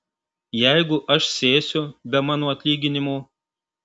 jeigu aš sėsiu be mano atlyginimo